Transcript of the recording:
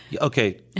Okay